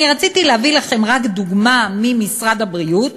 אני רציתי להביא לכם רק דוגמה ממשרד הבריאות.